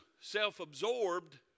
self-absorbed